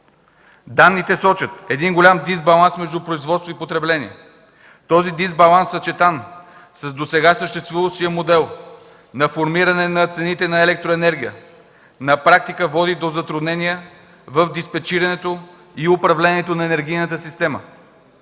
Данните сочат голям дисбаланс между производство и потребление. Този дисбаланс, съчетан с досега съществуващия модел на формиране на цените на електроенергия на практика, води до затруднения в диспечирането и управлението на енергийната система.